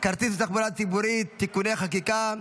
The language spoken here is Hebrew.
כרטיס בתחבורה ציבורית (תיקוני חקיקה),